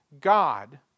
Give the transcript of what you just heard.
God